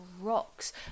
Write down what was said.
rocks